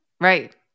Right